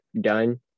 done